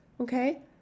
okay